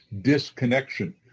disconnection